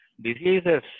diseases